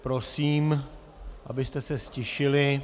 Prosím, abyste se ztišili...